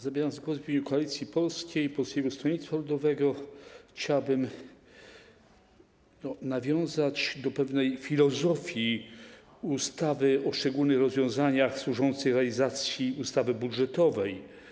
Zabierając głos w imieniu Koalicji Polskiej - Polskiego Stronnictwa Ludowego, chciałbym nawiązać do pewnej filozofii ustawy o szczególnych rozwiązaniach służących realizacji ustawy budżetowej.